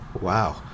Wow